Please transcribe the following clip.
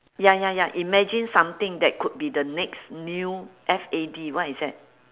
ya ya ya imagine something that could be the next new F A D what is that